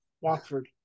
Watford